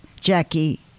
Jackie